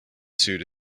suit